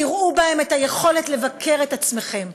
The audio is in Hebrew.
תראו בהם את היכולת לבקר את עצמכם,